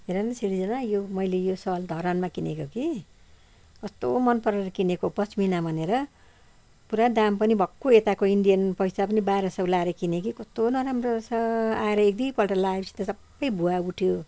हेरन सृर्जना यो मैले यो सल धरानमा किनेको कि कस्तो मन परेर किनेको पस्मिना भनेर पुरा दाम पनि भक्कु यताको इन्डियन पैसा पनि बाह्र सौ लगाएर किने कि कस्तो नराम्रो रहेछ आएर एक दुईपल्ट लगाए पछि सबै भुवा उठ्यो